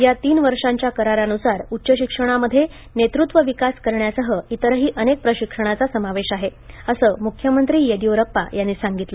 या तीन वर्षांच्या करारानुसार उच्च शिक्षणामध्ये नेतृत्व विकास करण्यासह इतरही अनेक प्रशिक्षणाचा समावेश आहे असं मुख्यमंत्री येदीयुरप्पा यांनी सांगितलं